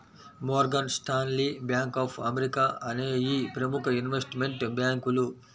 Morgan Stanley, bank of America అనేయ్యి ప్రముఖ investment బ్యేంకులు